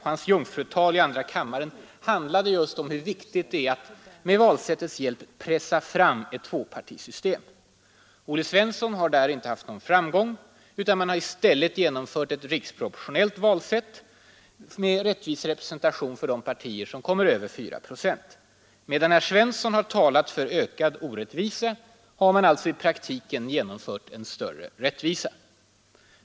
Hans jungfrutal i andra kammaren handlade just om hur viktigt det är att med valsystemets hjälp pressa fram ett tvåpartisystem. Herr Svensson har där inte haft någon framgång. Man har i stället genomfört ett riksproportionellt valsätt med rättvis representation för de partier som kommer över 4 procent. Medan herr Olle Svensson har talat för ökad orättvisa har man alltså i praktiken genomfört en större rättvisa.